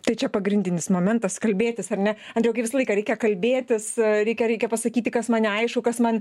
tai čia pagrindinis momentas kalbėtis ar ne drauge visą laiką reikia kalbėtis reikia reikia pasakyti kas man neaišku kas man